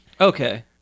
Okay